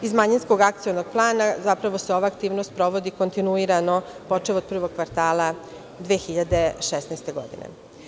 Iz manjinskog akcionog plana zapravo se ova aktivnost provodi kontinuirano, počev od prvog kvartala 2016. godine.